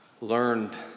learned